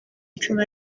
icumu